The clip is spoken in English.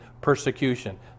persecution